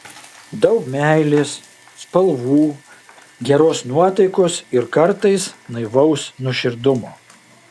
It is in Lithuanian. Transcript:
daug meilės spalvų geros nuotaikos ir kartais naivaus nuoširdumo